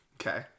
Okay